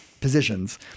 positions